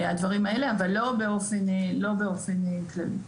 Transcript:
הדברים האלה אבל לא באופן כללי.